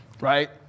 right